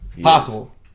Possible